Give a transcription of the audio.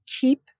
keep